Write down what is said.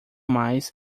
mais